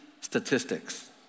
statistics